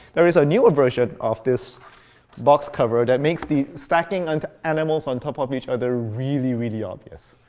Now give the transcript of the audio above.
there is a newer version of this box cover that makes the stacking and animals on top of each other really, really obvious.